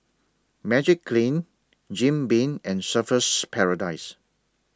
Magiclean Jim Beam and Surfer's Paradise